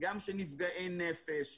גם של נפגעי נפש,